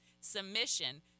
submission